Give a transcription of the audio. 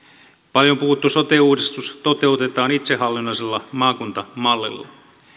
paljon puhuttu sote uudistus toteutetaan itsehallinnollisella maakuntamallilla